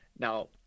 Now